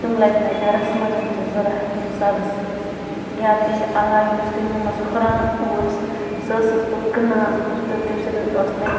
تِم لَجہِ مےٚ گَرَس منٛز تہِ ضوٚرَتھ تٕم سبزی یا تَمہِ علاوٕ یُس تَمۍ منٛز ہُران اوس سُہ ٲسٕس بہٕ کٕنان تہٕ تَمۍ سۭتۍ اوس مےٚ